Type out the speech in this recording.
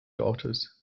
daughters